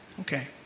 Okay